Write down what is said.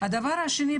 הדבר השני,